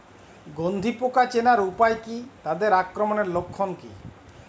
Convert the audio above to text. গন্ধি পোকা চেনার উপায় কী তাদের আক্রমণের লক্ষণ কী?